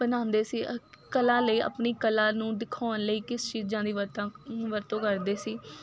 ਬਣਾਉਂਦੇ ਸੀ ਕਲਾ ਲਈ ਆਪਣੀ ਕਲਾ ਨੂੰ ਦਿਖਾਉਣ ਲਈ ਕਿਸ ਚੀਜ਼ਾਂ ਦੀ ਵਰਤਾਂ ਵਰਤੋਂ ਕਰਦੇ ਸੀ